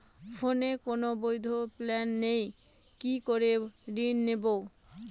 ফোনে কোন বৈধ প্ল্যান নেই কি করে ঋণ নেব?